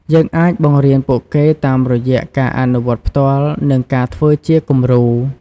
យើងអាចបង្រៀនពួកគេតាមរយៈការអនុវត្តផ្ទាល់ និងការធ្វើជាគំរូ។